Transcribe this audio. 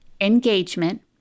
engagement